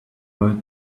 but